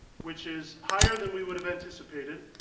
which is higher than we would have anticipated.